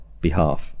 behalf